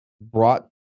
brought